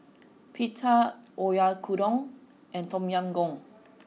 Pita Oyakodon and Tom Yam Goong